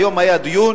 היום היה דיון,